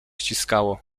ściskało